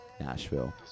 Nashville